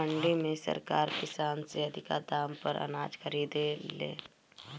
मंडी में सरकार किसान से अधिका दाम पर अनाज खरीदे ले